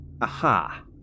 Aha